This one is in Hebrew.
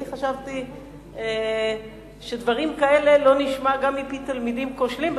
אני חשבתי שדברים כאלה לא נשמע גם מפי תלמידים כושלים,